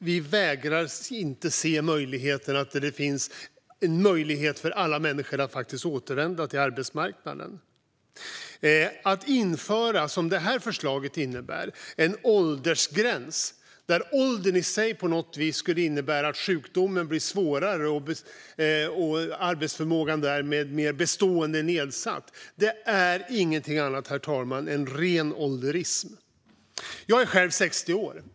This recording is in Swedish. Vi vägrar att inte se att det finns en möjlighet för alla människor att återvända till arbetsmarknaden. Att införa en åldersgräns, vilket det här förslaget innebär, där åldern i sig på något vis skulle innebära att sjukdomen blir svårare och arbetsförmågan därmed mer bestående nedsatt är ingenting annat än ren ålderism, herr talman. Jag är själv 60 år.